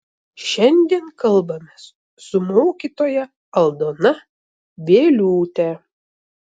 šiandien kalbamės su mokytoja aldona vieliūte